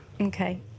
Okay